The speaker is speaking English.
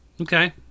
Okay